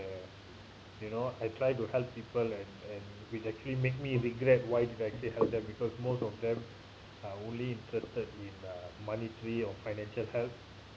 you know I try to help people and and which actually made me regret why I actually help them because most of them are only interested in uh monetary or financial help